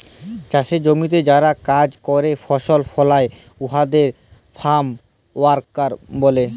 চাষের জমিতে যারা কাজ ক্যরে ফসল ফলায় উয়াদের ফার্ম ওয়ার্কার ব্যলে